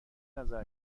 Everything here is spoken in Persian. نظر